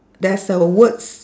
there's a words